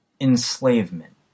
Enslavement